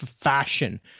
fashion